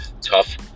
tough